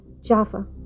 Jaffa